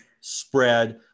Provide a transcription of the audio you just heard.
spread